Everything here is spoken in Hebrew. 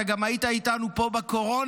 אתה גם היית איתנו פה בקורונה,